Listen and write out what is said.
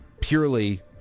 purely